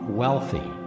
wealthy